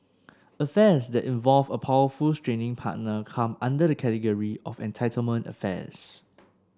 affairs that involve a powerful straying partner come under the category of entitlement affairs